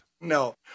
No